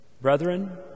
Brethren